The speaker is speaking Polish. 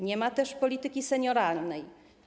Nie ma też polityki senioralnej.